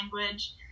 language